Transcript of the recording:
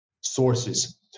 sources